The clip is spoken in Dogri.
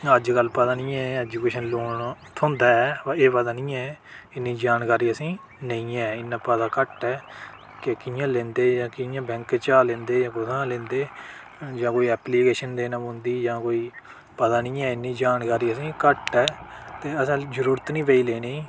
अज्जकल पता नी ऐ ऐजूकेशन लोन थ्होंदा ऐ पर एह् पता नी ऐ इन्नी जानकारी असें नेईं ऐ इन्ना पता घट्ट ऐ कि कि'यां लैंदे कि'यां बैंक च लेंदे जां कुत्थुआं लैंदे जां कोई ऐप्लीकेशन देनी पौंदी जां कोई पता नी ऐ इन्नी जानकारी असें घट्ट ऐ ते असेंं जरूरत नी पेई लेनी ई